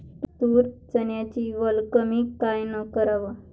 तूर, चन्याची वल कमी कायनं कराव?